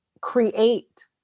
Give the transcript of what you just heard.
create